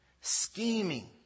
scheming